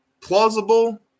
Plausible